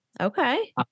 Okay